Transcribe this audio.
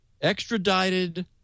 extradited